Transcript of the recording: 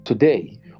Today